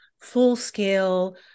full-scale